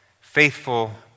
Faithful